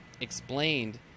explained